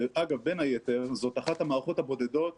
אגב, בין היתר, זאת אחת המערכות הבודדות